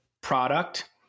product